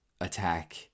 attack